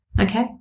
Okay